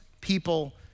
people